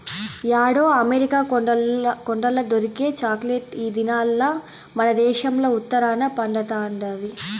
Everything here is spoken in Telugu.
యాడో అమెరికా కొండల్ల దొరికే చాక్లెట్ ఈ దినాల్ల మనదేశంల ఉత్తరాన పండతండాది